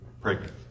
pregnant